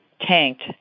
tanked